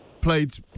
played